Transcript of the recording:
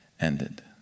ended